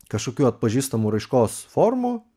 kažkokių atpažįstamų raiškos formų